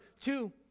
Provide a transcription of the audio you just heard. Two